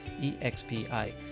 EXPI